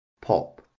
Pop